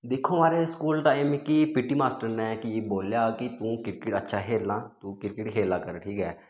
दिक्खो महाराज school time मिकी पी टी मास्टर ने कि बोलेआ कि तू क्रिकेट अच्छा खेलना तू क्रिकेट खेला कर ठीक ऐ